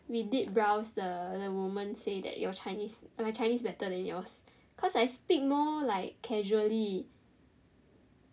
we did brows the woman say that your chinese my chinese better than yours cause I speak more like casually